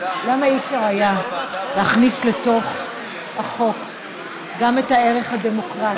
למה לא היה אפשר להכניס לתוך החוק גם את הערך הדמוקרטי,